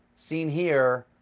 seen here.